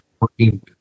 working